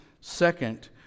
Second